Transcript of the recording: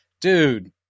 dude